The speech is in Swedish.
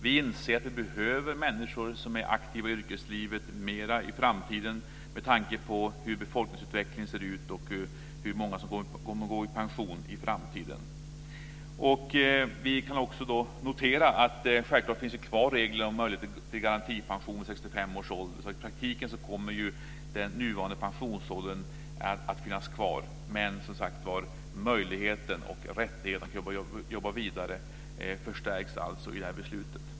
Vi inser att vi behöver människor som är aktiva i yrkeslivet mera i framtiden med tanke på hur befolkningsutvecklingen ser ut och hur många som kommer att gå i pension i framtiden. Vi kan också notera att reglerna om möjlighet till garantipension vid 65 års ålder självklart finns kvar. Så i praktiken kommer ju den nuvarande pensionsåldern att finnas kvar. Men som sagt var, möjligheten och rätten att jobba vidare förstärks genom detta beslut.